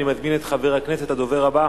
אני מזמין את הדובר הבא,